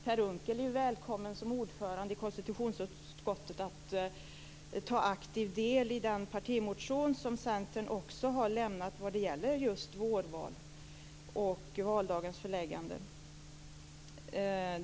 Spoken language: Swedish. Per Unckel är som ordförande i konstitutionsutskottet välkommen att ta aktiv del i den partimotion som Centern också har väckt när det gäller just vårval och valdagens förläggande.